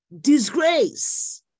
disgrace